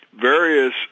various